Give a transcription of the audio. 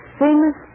famous